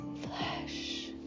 flesh